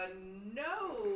no